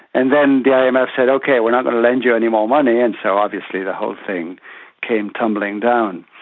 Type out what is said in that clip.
and then the yeah imf said ok, we're not going to lend you any more money, and so obviously the whole thing came tumbling down.